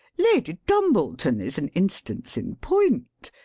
lady dumbleton is an instance in point.